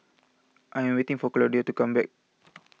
I am waiting for Claudio to come back